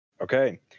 okay